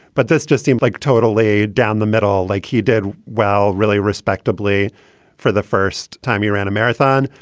but this just seems like totally down the middle like he did well, really respectably for the first time, he ran a marathon,